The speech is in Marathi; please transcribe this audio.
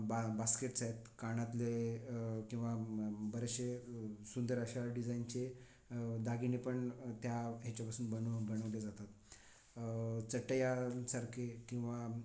बा बास्केट्स आहेत कानातले किंवा बरेचसे सुंदर अशा डिजाइनचे दागिने पण त्या ह्याच्यापासून बनव बनवले जातात चटयांसारखे किंवा